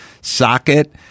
socket